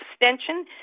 Extension